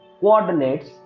coordinates